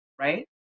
right